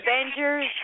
Avengers